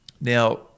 now